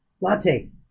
latte